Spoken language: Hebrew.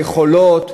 "חולות",